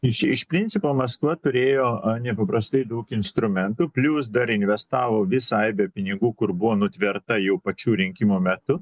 iš iš principo maskva turėjo nepaprastai daug instrumentų plius dar investavo visai be pinigų kur buvo nutverta jų pačių rinkimo metu